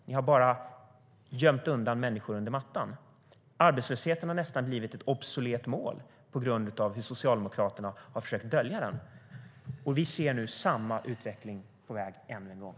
Ni har bara gömt människor under mattan. Arbetslösheten har nästan blivit ett obsolet mål på grund av hur Socialdemokraterna har försökt dölja den. Vi ser nu att samma utveckling är på väg ännu en gång.